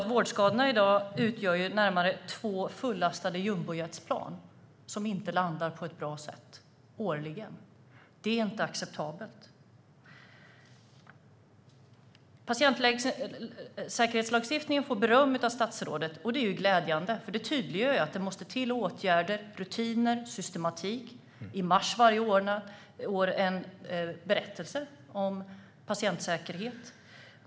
Vårdskadorna i dag utgör närmare två fullastade jumbojetplan årligen som inte landar på ett bra sätt. Det är inte acceptabelt. Patientsäkerhetslagstiftningen får beröm av statsrådet, och det är glädjande, för det tydliggör att det måste till åtgärder, rutiner och systematik. I mars varje år kommer en berättelse om patientsäkerhet.